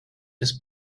his